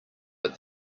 but